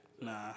Nah